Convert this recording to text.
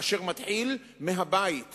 אשר מתחיל מהבית ומההורים.